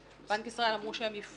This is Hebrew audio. לבנק ישראל היו